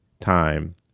time